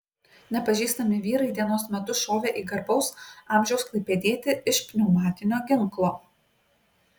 nepažįstami vyrai dienos metu šovė į garbaus amžiaus klaipėdietį iš pneumatinio ginklo